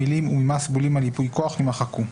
המילים "ומס בולים על ייפוי כוח" יימחקו,